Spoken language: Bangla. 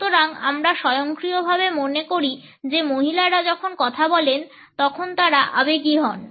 সুতরাং আমরা স্বয়ংক্রিয়ভাবে মনে করি যে মহিলারা যখন কথা বলেন তখন তারা আবেগী হন